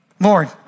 Lord